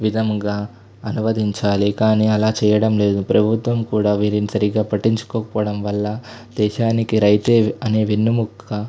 విధంగా అనువదించాలి కానీ అలా చేయడంలేదు ప్రభుత్వం కూడా వీరిని సరిగ్గా పట్టించుకోక పోవడం వల్ల దేశానికి రైతే అనే వెన్నెముక